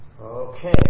Okay